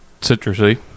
citrusy